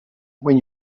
when